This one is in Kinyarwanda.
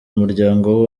umuryango